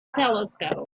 telescope